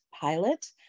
pilot